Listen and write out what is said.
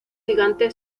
gigante